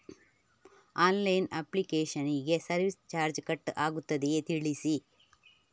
Online application ಗೆ service charge cut ಆಗುತ್ತದೆಯಾ ತಿಳಿಸಿ?